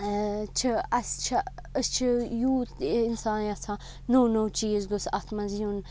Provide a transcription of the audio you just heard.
چھِ اَسہِ چھِ أسۍ چھِ یوٗت اِنسان یَژھان نوٚو نوٚو چیٖز گوٚژھ اَتھ منٛز یُن